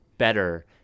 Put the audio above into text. better